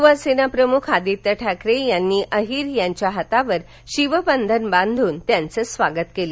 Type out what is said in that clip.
यूवा सेना प्रमुख आदित्य ठाकरे यांनी अहिर यांच्या हातावर शिवबंधन बांधून त्यांचं स्वागत केलं